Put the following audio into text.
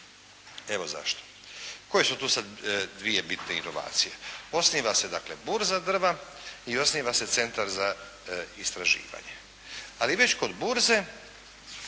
Evo zašto. Koje su tu sad dvije bitne inovacije? Osniva se dakle burza drva i osniva se Centar za istraživanje. Ali već kod burze